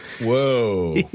Whoa